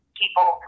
people